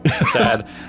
Sad